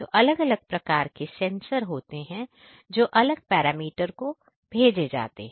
तो अलग अलग प्रकार के सेंसर होते हैं जो अलग पैरामीटर को भेजे जाते हैं